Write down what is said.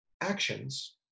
actions